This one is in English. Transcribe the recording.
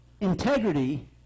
integrity